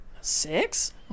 Six